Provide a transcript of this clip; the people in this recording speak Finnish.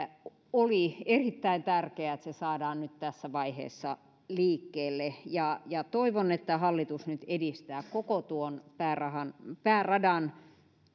oli erittäin tärkeää että se saadaan nyt tässä vaiheessa liikkeelle toivon että hallitus nyt edistää koko tuon pääradan pääradan